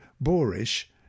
boorish